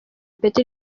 ipeti